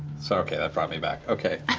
so okay, that brought me back. okay.